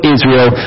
Israel